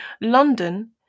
London